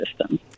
system